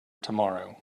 tomorrow